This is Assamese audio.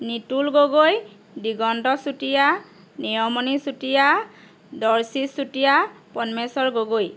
নিতুল গগৈ দিগন্ত চুতীয়া নীলমণি চুতীয়া ডৰ্চি চুতীয়া পদ্মেশ্বৰ গগৈ